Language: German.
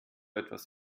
etwas